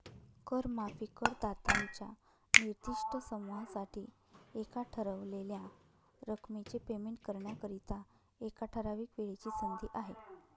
कर माफी करदात्यांच्या निर्दिष्ट समूहासाठी एका ठरवलेल्या रकमेचे पेमेंट करण्याकरिता, एका ठराविक वेळेची संधी आहे